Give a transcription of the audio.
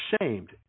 ashamed